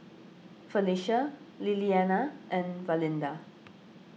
Felicia Lilyana and Valinda